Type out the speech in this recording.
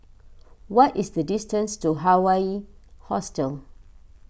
what is the distance to Hawaii Hostel